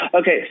Okay